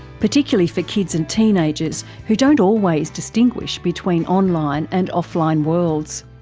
particularly for kids and teenagers who don't always distinguish between online and offline worlds.